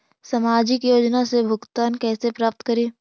सामाजिक योजना से भुगतान कैसे प्राप्त करी?